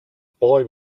boy